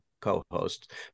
co-hosts